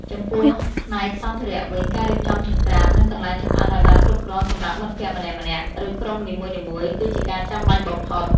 ចំពោះផ្នែកសម្ភារៈវិញ ការរៀបចំចង្ក្រាន និងកន្លែងចម្អិនឱ្យបានគ្រប់គ្រាន់សម្រាប់មិត្តភក្តិម្នាក់ៗ ឬក្រុមនីមួយៗ គឺជាការចាំបាច់បំផុត។